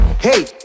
Hey